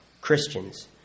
Christians